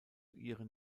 ihren